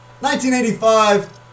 1985